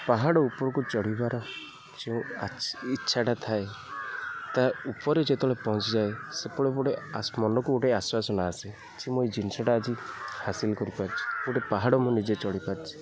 ପାହାଡ଼ ଉପରକୁ ଚଢ଼ିବାର ଯେଉଁ ଇଚ୍ଛାଟା ଥାଏ ତା'ଉପରେ ଯେତେବେଳେ ପହଞ୍ଚିଯାଏ ସେତେବେଳେ ଗୋଟେ ମନକୁ ଗୋଟେ ଆଶ୍ଵାସନା ଆସେ ଯେ ମୁଁ ଏଇ ଜିନିଷଟା ଆଜି ହାସିଲ କରିପାରିଛି ଗୋଟେ ପାହାଡ଼ ମୁଁ ନିଜେ ଚଢ଼ିପାରିଛି